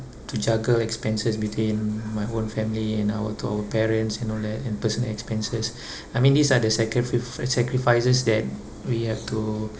to juggle expenses between my own family and our to our parents and all that and personal expenses I mean these are the sacri~ sacrifices that we have to